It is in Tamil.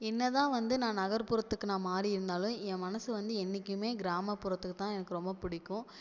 என்னதான் வந்து நான் நகர்புறத்துக்கு நான் மாறி இருந்தாலும் என் மனது வந்து என்னைக்கும் கிராமப்புறத்துக்குத்தான் எனக்கு ரொம்ப பிடிக்கும்